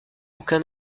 aucun